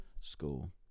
school